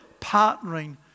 partnering